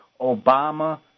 Obama